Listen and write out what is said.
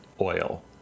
oil